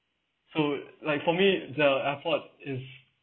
so like for me the airport is